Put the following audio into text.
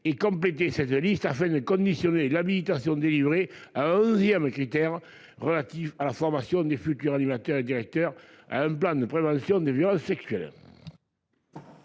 et compléter cette liste fait de conditionner l'habilitation délivrée à un 2ème critère relatif à la formation des futurs animateurs et directeurs à un plan de prévention des violences sexuelles.